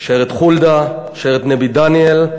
שיירת חולדה, שיירת נבי-דניאל,